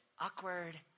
awkward